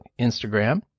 Instagram